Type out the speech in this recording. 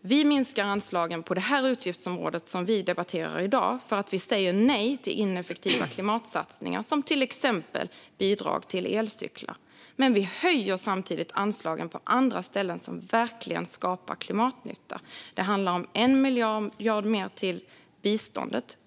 Vi minskar anslagen på det utgiftsområde vi debatterar i dag, då vi säger nej till ineffektiva klimatsatsningar, till exempel bidrag till elcyklar. Men vi höjer samtidigt anslagen på andra ställen som verkligen skapar klimatnytta. Det handlar om 1 miljard mer till biståndet.